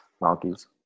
Monkeys